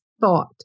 thought